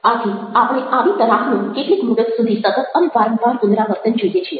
આથી આપણે આવી તરાહનું કેટલીક મુદત સુધી સતત અને વારંવાર પુનરાવર્તન જોઈએ છીએ